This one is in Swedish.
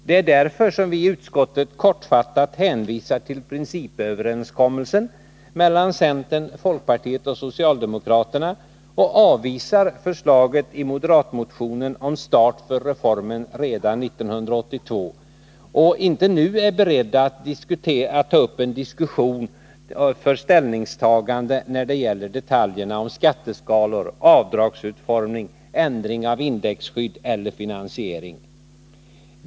Det är därför som vi i utskottet kortfattat hänvisar till principöverenskommelsen mellan centerpartiet, folkpartiet och socialdemokraterna och avvisar förslaget i moderatmotionen om start för reformen redan 1982 och inte är beredda att nu ta ställning till detaljerna om skatteskalor, avdragsutformning, ändring av indexskydd och finansiering.